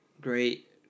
great